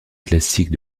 classiques